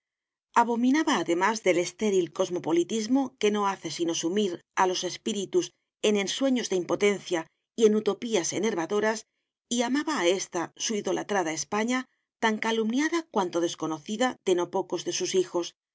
abominaba además del estéril cosmopolitismo que no hace sino sumir a los espíritus en ensueños de impotencia y en utopías enervadoras y amaba a esta su idolatrada españa tan calumniada cuanto desconocida de no pocos de sus hijos